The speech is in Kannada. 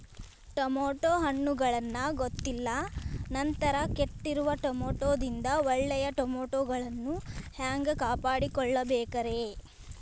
ಟಮಾಟೋ ಹಣ್ಣುಗಳನ್ನ ಗೊತ್ತಿಲ್ಲ ನಂತರ ಕೆಟ್ಟಿರುವ ಟಮಾಟೊದಿಂದ ಒಳ್ಳೆಯ ಟಮಾಟೊಗಳನ್ನು ಹ್ಯಾಂಗ ಕಾಪಾಡಿಕೊಳ್ಳಬೇಕರೇ?